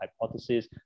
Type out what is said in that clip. hypothesis